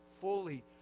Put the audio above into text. fully